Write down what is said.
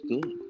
good